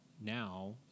now